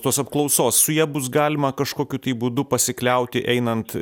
tos apklausos su ja bus galima kažkokiu tai būdu pasikliauti einant